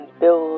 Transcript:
build